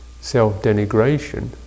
self-denigration